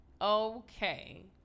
Okay